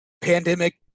pandemic